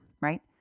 right